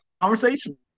conversation